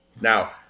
now